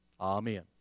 Amen